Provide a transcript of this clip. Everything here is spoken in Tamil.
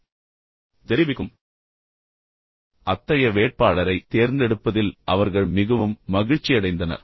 எனவே இந்த விஷயத்தில் அவர்கள் அவரைத் தேர்ந்தெடுத்தனர் அத்தகைய வேட்பாளரைத் தேர்ந்தெடுப்பதில் அவர்கள் மிகவும் மகிழ்ச்சியடைந்தனர்